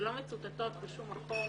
שלא מצוטטות בשום מקום,